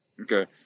Okay